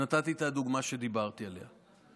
ונתתי את הדוגמה שדיברתי עליה.